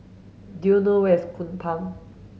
do you know where is Kupang